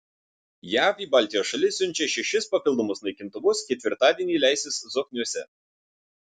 jav į baltijos šalis siunčia šešis papildomus naikintuvus ketvirtadienį leisis zokniuose